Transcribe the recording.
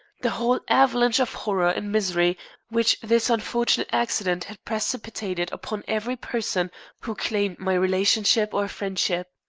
the whole avalanche of horror and misery which this unfortunate accident had precipitated upon every person who claimed my relationship or friendship.